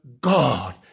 God